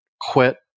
quit